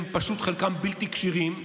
פשוט חלקם בלתי כשירים,